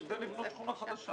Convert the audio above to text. כדי לבנות שכונה חדשה.